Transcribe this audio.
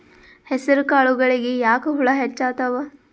ಹೆಸರ ಕಾಳುಗಳಿಗಿ ಯಾಕ ಹುಳ ಹೆಚ್ಚಾತವ?